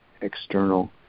external